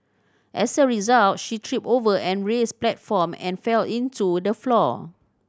as a result she tripped over and raised platform and fell into the floor